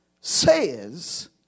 says